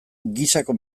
gisako